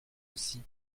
aussi